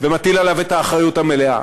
ומטיל עליו את האחריות המלאה,